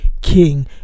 king